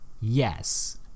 yes